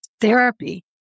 therapy